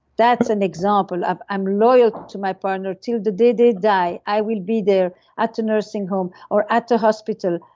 that's an example of i'm loyal to my partner till the day they die. i will be there at the nursing home or at the hospital,